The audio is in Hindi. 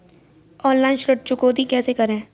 ऑनलाइन ऋण चुकौती कैसे करें?